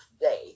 day